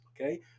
okay